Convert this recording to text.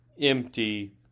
empty